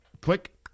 Click